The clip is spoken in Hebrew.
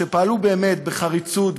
שפעלו באמת בחריצות,